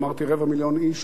אמרתי רבע מיליון איש,